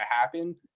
happen